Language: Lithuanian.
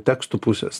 tekstų pusės